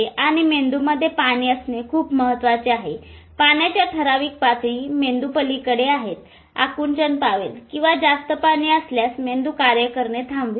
आणि मेंदूमध्ये पाणी असणे खूप महत्वाचे आहे पाण्याच्या ठराविक पातळी पलीकडे मेंदू आकुंचन पावेल किंवा जास्त पाणी असल्यास मेंदू कार्य करणे थांबवेल